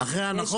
אחרי הנחות?